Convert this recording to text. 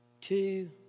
two